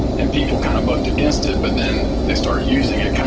and people kind of bucked against it, but then they started using it.